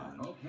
Okay